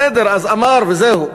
בסדר, אז אמר, וזהו.